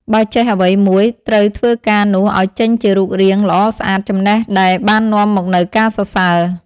បើចេះអ្វីមួយ ត្រូវធ្វើការនោះឲ្យចេញជារូបរាងល្អស្អាត ចំណេះដែលបាននាំមកនូវការសរសើរ។